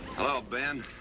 hello, ben.